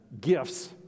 gifts